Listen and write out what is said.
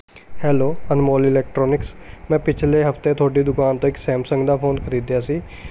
hello Anmol electronics ਮੈਂ ਪਿਛਲੇ ਹਫਤੇ ਤੁਹਾਡੀ ਦੁਕਾਨ ਤੋਂ ਇੱਕ ਸੈਮਸੰਗ ਦਾ ਫੋਨ ਖਰੀਦਿਆ ਸੀ